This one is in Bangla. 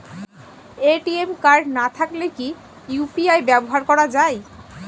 এ.টি.এম কার্ড না থাকলে কি ইউ.পি.আই ব্যবহার করা য়ায়?